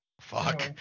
Fuck